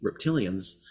reptilians